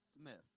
Smith